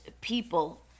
people